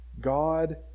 God